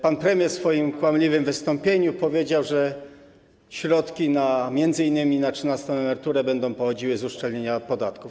Pan premier w swoim kłamliwym wystąpieniu powiedział, że środki m.in. na trzynastą emeryturę będą pochodziły z uszczelnienia podatków.